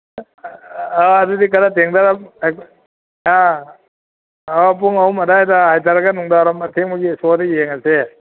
ꯑ ꯑꯗꯨꯗꯤ ꯈꯔ ꯊꯦꯡꯊꯔꯞ ꯑ ꯑꯥ ꯑꯣ ꯄꯨꯡ ꯑꯍꯨꯝ ꯑꯗꯨꯋꯥꯏꯗ ꯍꯥꯏꯗꯔꯒ ꯅꯨꯡꯗꯥꯡꯋꯥꯏꯔꯝ ꯑꯊꯦꯡꯕꯗ ꯁꯣꯗ ꯌꯦꯡꯉꯁꯦ